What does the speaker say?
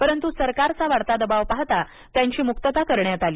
परंतु सरकारचा वाढता दबाव पाहता त्यांची मुक्तताकरण्यात आली